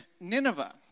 Nineveh